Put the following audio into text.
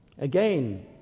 Again